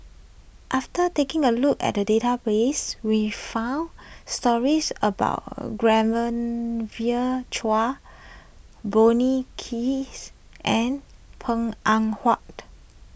after taking a look at the database we found stories about Chua Bonny Hicks and Png Eng Huat